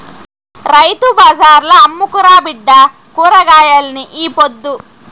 రైతు బజార్ల అమ్ముకురా బిడ్డా కూరగాయల్ని ఈ పొద్దు